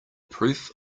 proof